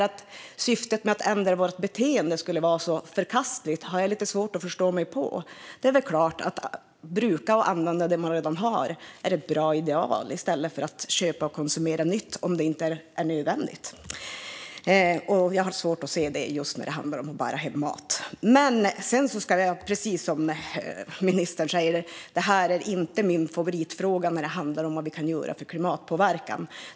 Att syftet att ändra vårt beteende skulle vara så förkastligt har jag lite svårt att förstå mig på. Det är väl klart att detta att bruka och använda det man redan har är ett bra ideal i stället för att köpa och konsumera nytt, om det inte är nödvändigt. Jag har svårt att se det just när det handlar om att bära hem mat. Precis som ministern säger är det här inte min favoritfråga när det handlar om vad vi kan göra i fråga om klimatpåverkan.